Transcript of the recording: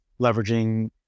leveraging